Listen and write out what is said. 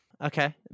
Okay